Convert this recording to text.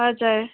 हजुर